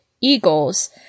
Eagles